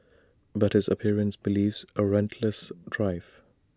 but his appearance belies A relentless drive